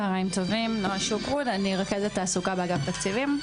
צהריים טובים, אני רכזת תעסוקה באגף תקציבים.